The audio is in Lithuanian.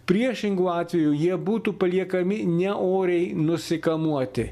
priešingu atveju jie būtų paliekami ne oriai nusikamuoti